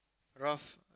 Ralph